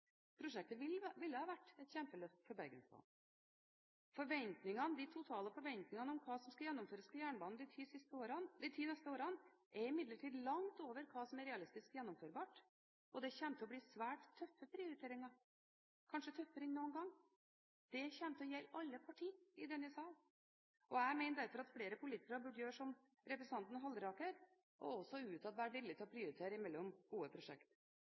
Prosjektet ville ha vært et kjempeløft for Bergensbanen. De totale forventningene om hva som skal gjennomføres på jernbanen de ti neste årene, er imidlertid langt over hva som er realistisk gjennomførbart. Det kommer til å bli svært tøffe prioriteringer – kanskje tøffere enn noen gang. Det kommer til å gjelde alle partier i denne sal. Jeg mener derfor at flere politikere burde gjøre som representanten Halleraker, og også utad være villig til å prioritere mellom gode